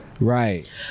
Right